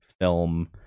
film